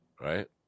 right